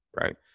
right